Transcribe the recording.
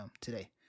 today